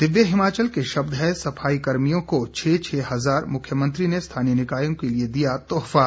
दिव्य हिमाचल के शब्द हैं सफाई कर्मियों को छह छह हजार मुख्यमंत्री ने स्थानीय निकायों के लिए दिया तोहफा